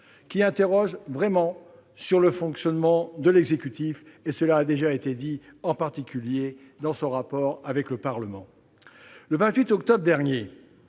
qui interrogent vraiment sur le fonctionnement de l'exécutif, en particulier dans son rapport avec le Parlement. Le 28 octobre dernier,